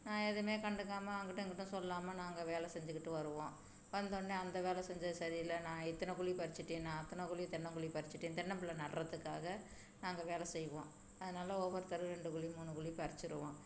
நான் எதுவுமே கண்டுக்காமல் அங்கிட்டும் இங்கிட்டும் சொல்லாமல் நாங்கள் வேலை செஞ்சிக்கிட்டு வருவோம் வந்தொடன்னே அந்த வேலை செஞ்சது சரியில்லை நான் இத்தனை குழி பறிச்சிட்டேன் நான் அத்தனை குழி தென்னங்குழி பறிச்சிட்டேன் தென்னம்பிள்ள நடுறத்துக்காக நாங்கள் வேலை செய்வோம் அதனால் ஒவ்வொருத்தர் ரெண்டு குழி மூணு குழி பறிச்சிடுவோம்